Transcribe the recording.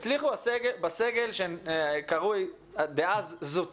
הצליחו בסגל הזוטר